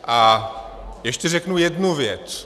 A ještě řeknu jednu věc.